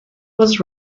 was